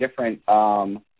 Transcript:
different